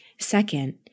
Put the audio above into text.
Second